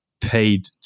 paid